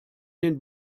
den